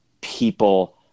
people